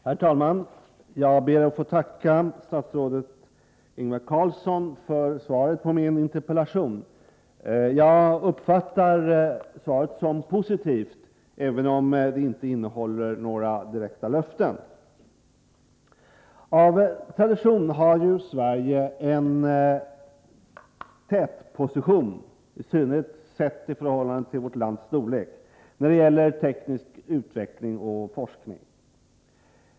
Herr talman! Jag ber att få tacka statsrådet Ingvar Carlsson för svaret på min interpellation. Jag uppfattar svaret som positivt, även om det inte innehåller några direkta löften. Av tradition har Sverige en tätposition, i synnerhet sett i förhållande till vårt lands storlek, när det gäller teknisk utveckling och forskning.